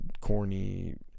corny